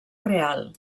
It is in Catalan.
real